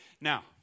Now